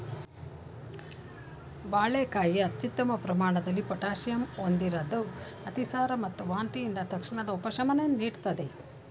ಬಾಳೆಕಾಯಿ ಅತ್ಯುತ್ತಮ ಪ್ರಮಾಣದಲ್ಲಿ ಪೊಟ್ಯಾಷಿಯಂ ಹೊಂದಿರದ್ದು ಅತಿಸಾರ ಮತ್ತು ವಾಂತಿಯಿಂದ ತಕ್ಷಣದ ಉಪಶಮನ ನೀಡ್ತದೆ